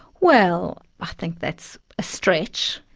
well, i think that's a stretch.